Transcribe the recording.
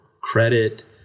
credit